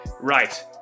right